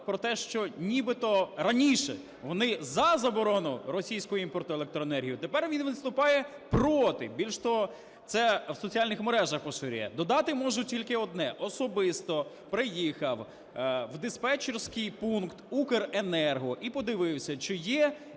про те, що нібито раніше вони за заборону російського імпорту електроенергії, тепер він виступає проти. Більш того, це в соціальних мережах поширює. Додати можу тільки одне. Особисто приїхав в диспетчерський пункт "Укренерго" і подивився, чи є